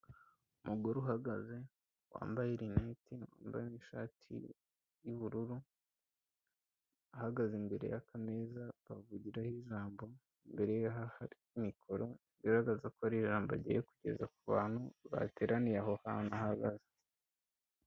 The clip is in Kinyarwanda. Umugore uhagaze wambaye rinete wambaye n'ishati y'ubururu, ahagaze imbere y'ak'ameza bavugiraho ijambo, imbere ye hari mikoro bigaragaza ko hari ijambo agiye kugeza ku bantu bateraniye aho hantu ahagaze.